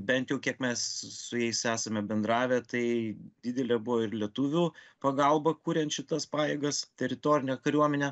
bent jau kiek mes su jais esame bendravę tai didelė buvo ir lietuvių pagalba kuriant šitas pajėgas teritorinę kariuomenę